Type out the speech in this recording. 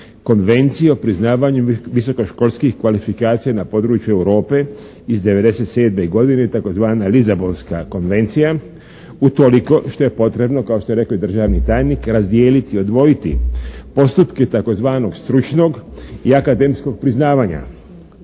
Konvencije o priznavanju visokoškolskih kvalifikacija na području Europe iz '97. godine tzv. Lisabonska konvencija utoliko što je potrebno kao što je rekao i državni tajnik razdijeliti, odvojiti postupke tzv. stručnog i akademskog priznavanja